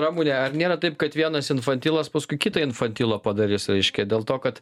ramune ar nėra taip kad vienas infantilas paskui kitą infantilą padarys reiškia dėl to kad